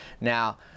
Now